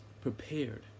prepared